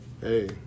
hey